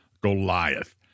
Goliath